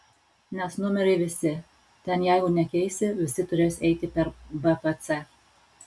nes numeriai visi ten jeigu nekeisi visi turės eiti per bpc